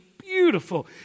beautiful